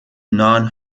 non